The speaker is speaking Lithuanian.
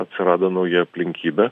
atsirado nauja aplinkybė